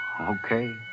Okay